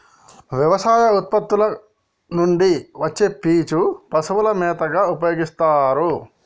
వ్యవసాయ ఉత్పత్తుల నుండి వచ్చే పీచు పశువుల మేతగా ఉపయోస్తారు